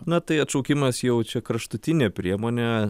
na tai atšaukimas jau čia kraštutinė priemonė